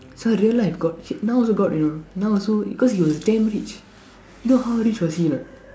so do you like got chips now also got now also because he was damn rich you know how rich was he or not